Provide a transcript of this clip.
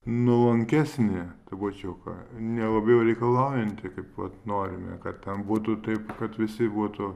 nuolankesnį trupučiuką nelabai jau reikalaujantį kaip vat norime kad ten būtų taip kad visi būtų